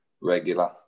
regular